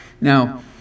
Now